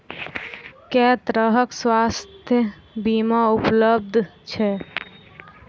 केँ तरहक स्वास्थ्य बीमा उपलब्ध छैक?